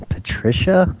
Patricia